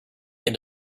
can